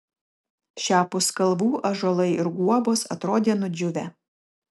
šiapus kalvų ąžuolai ir guobos atrodė nudžiūvę